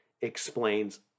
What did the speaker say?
explains